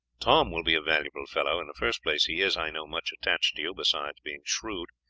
tom will be a valuable fellow. in the first place, he is, i know, much attached to you, besides being shrewd,